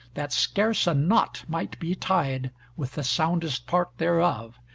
that scarce a knot might be tied with the soundest part thereof,